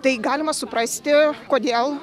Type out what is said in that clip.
tai galima suprasti kodėl